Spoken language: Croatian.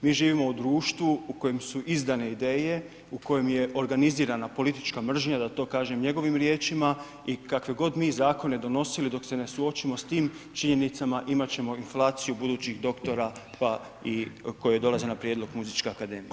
Mi živimo u društvu u kojem su izdane ideje, u kojem je organizirana politička mržnja da to kažem njegovim riječima i kakve mi zakone donosili dok se ne suočimo s tim činjenicama, imat ćemo inflaciju budućih doktora pa i koji dolazi na prijedlog Muzičke akademije.